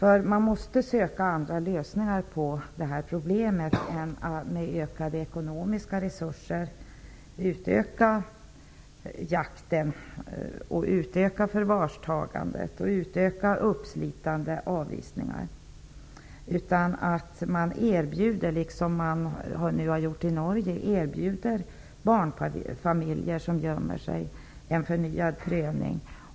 Vi måste söka andra lösningar på detta problem än att med ökade ekonomiska resurser utöka jakten och antalet förvarstaganden och uppslitande avvisningar. Vi bör, liksom man nu har gjort i Norge, erbjuda barnfamiljer som gömmer sig en förnyad prövning.